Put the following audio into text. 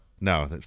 No